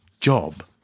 Job